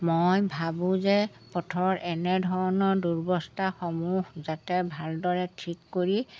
মই ভাবোঁ যে পথৰ এনেধৰণৰ দুৰ্বস্থাসমূহ যাতে ভালদৰে ঠিক কৰি